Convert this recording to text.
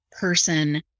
person